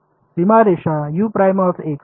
सीमारेषा ठीक आहे